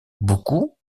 beaucoup